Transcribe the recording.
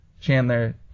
Chandler